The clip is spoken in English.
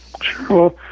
Sure